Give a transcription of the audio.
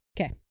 Okay